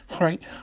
right